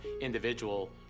individual